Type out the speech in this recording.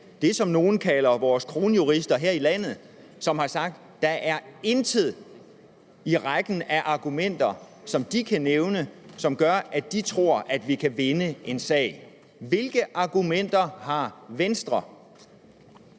som nogle kalder vores kronjurister her i landet, og som har sagt, at der intet er i rækken af argumenter, som de kan nævne, der gør, at de tror, vi kan vinde en sag, hvilke argumenter har Venstre